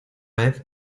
vez